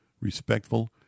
respectful